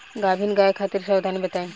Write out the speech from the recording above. गाभिन गाय खातिर सावधानी बताई?